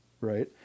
Right